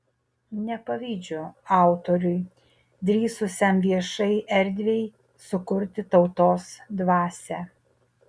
nepavydžiu autoriui drįsusiam viešai erdvei sukurti tautos dvasią